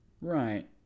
Right